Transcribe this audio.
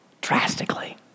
drastically